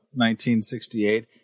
1968